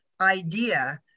idea